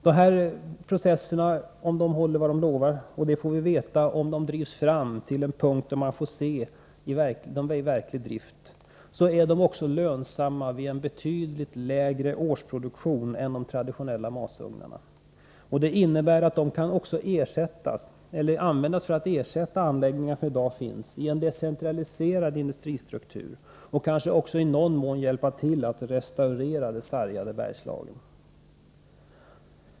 Om de nya processerna håller vad de lovar — och det får vi som sagt veta om de drivs fram till en punkt där man får se dem i verklig drift — är de också lönsamma vid en betydligt lägre årsproduktion än de traditionella masugnarna. Det innebär att de också kan användas för att ersätta anläggningar som i dag finns i en decentraliserad industristruktur och kanske i någon mån hjälpa till att restaurera det sargade Bergslagen.